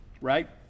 right